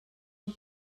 amb